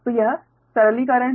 तो यह सरलीकरण है